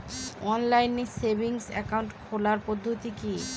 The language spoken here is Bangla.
অনলাইন সেভিংস একাউন্ট খোলার পদ্ধতি কি?